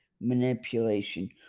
manipulation